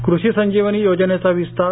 कृषी संजीवनी योजनेचा विस्तार